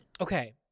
Okay